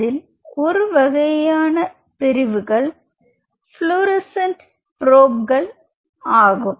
அதில் ஒரு வகையான பிரிவுகள் ப்ரொப் புளோரசீன்ட் ப்ரொப்க்கள் ஆகும்